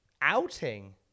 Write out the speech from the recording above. outing